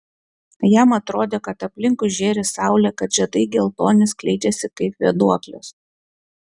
jam atrodė kad aplinkui žėri saulė kad žiedai geltoni skleidžiasi kaip vėduoklės